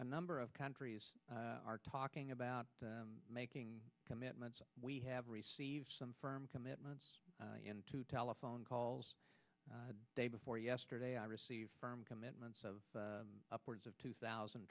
a number of countries are talking about making commitments we have received some firm commitments into telephone calls the day before yesterday i received firm commitments of upwards of two thousand